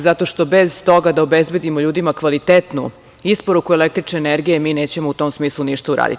Zato što bez toga da obezbedimo ljudima kvalitetnu isporuku električne energije mi nećemo u tom smislu ništa uraditi.